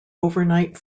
overnight